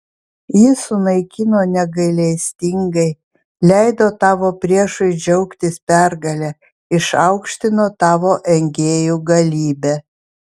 jis sunaikino negailestingai leido tavo priešui džiaugtis pergale išaukštino tavo engėjų galybę